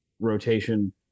rotation